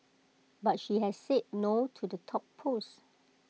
but she has said no to the top post